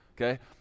okay